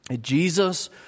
Jesus